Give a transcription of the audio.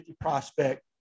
prospect